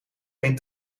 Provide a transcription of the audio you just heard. geen